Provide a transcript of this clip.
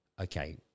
okay